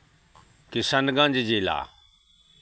किशनगञ्ज जिला